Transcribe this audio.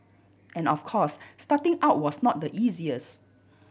and of course starting out was not the easiest